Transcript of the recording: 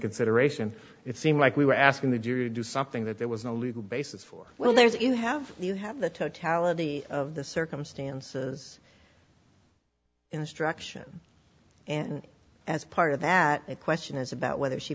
consideration it seems like we were asking the jury do something that there was no legal basis for well there's you have you have the totality of the circumstances instruction and as part of that the question is about whether she